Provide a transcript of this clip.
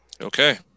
Okay